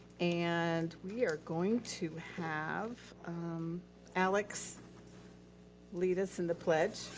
and we are going to have alex lead us in the pledge.